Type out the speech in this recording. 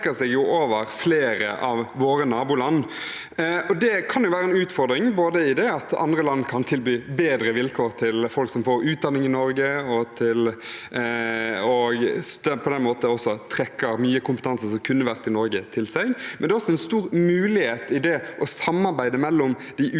strekker seg over flere av våre naboland. Det kan være en utfordring i det ved at andre land kan tilby bedre vilkår til folk som får utdanning i Norge, og på den måten også trekker mye kompetanse som kunne vært i Norge, til seg. Men det er også en stor mulighet i det å samarbeide mellom de ulike landene